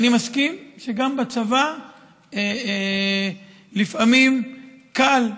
אני מסכים שגם בצבא לפעמים קל,